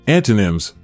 Antonyms